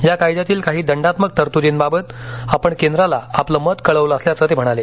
या कायद्यातील काही दंडात्मक तरतूर्दीबाबत आपण केंद्राला आपलं मत कळवलं असल्याचं ते म्हणाले